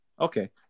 Okay